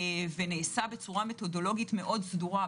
ונעשה בצורה מתודולוגית מאוד סדורה.